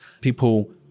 people